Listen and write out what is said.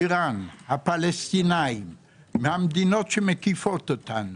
איראן, הפלסטינים והמדינות שמקיפות אותנו,